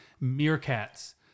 meerkats